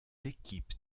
équipes